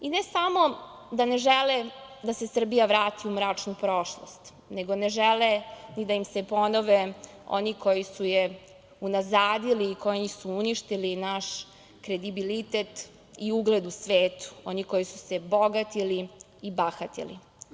I ne samo da ne žele da se Srbija vrati u mračnu prošlost, nego ne žele ni da im se ponove oni koji su je unazadili i koji su uništili i naš kredibilitet i ugled u svetu, oni koji su se bogatili i bahatili.